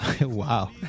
Wow